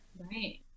Right